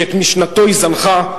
שאת משנתו היא זנחה,